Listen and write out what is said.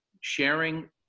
sharing